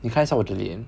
你看一下我的脸